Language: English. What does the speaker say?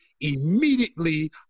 immediately